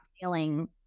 feeling